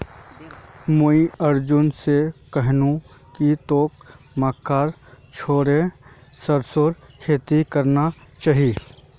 मुई अर्जुन स कहनु कि तोक मक्का छोड़े सरसोर खेती करना चाइ